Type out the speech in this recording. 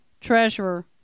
Treasurer